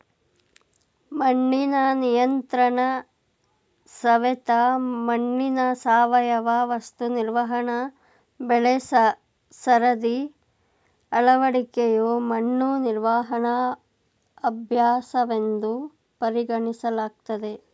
ಮಣ್ಣಿನ ನಿಯಂತ್ರಣಸವೆತ ಮಣ್ಣಿನ ಸಾವಯವ ವಸ್ತು ನಿರ್ವಹಣೆ ಬೆಳೆಸರದಿ ಅಳವಡಿಕೆಯು ಮಣ್ಣು ನಿರ್ವಹಣಾ ಅಭ್ಯಾಸವೆಂದು ಪರಿಗಣಿಸಲಾಗ್ತದೆ